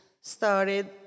started